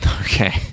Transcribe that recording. Okay